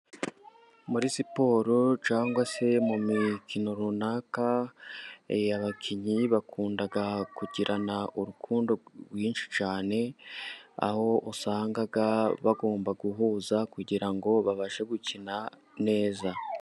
Muri siporo cyangwa se mu mikino runaka, abakinnyi bakunda kugirana urukundo rwinshi cyane, aho usanga bagomba guhuza kugira ngo babashe gukina neza.